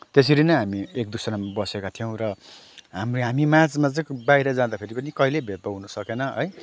त्यसरी नै हामी एक दुसरामा बसेको थियौँ र हाम्रो हामी माझमा बाहिर जाँदा पनि कहिल्यै भेदभाव हुन सकेन है